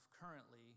currently